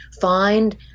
find